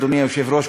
אדוני היושב-ראש,